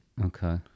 Okay